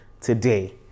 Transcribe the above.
today